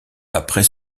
après